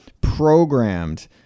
programmed